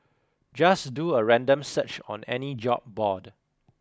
just do a random search on any job board